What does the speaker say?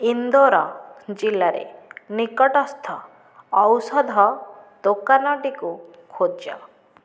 ଇନ୍ଦୋର ଜିଲ୍ଲାରେ ନିକଟସ୍ଥ ଔଷଧ ଦୋକାନଟିକୁ ଖୋଜ